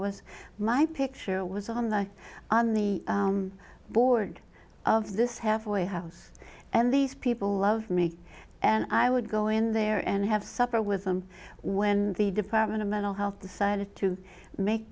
was my picture was on the on the board of this halfway house and these people love me and i would go in there and have supper with them when the department of mental health decided to make